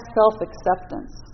self-acceptance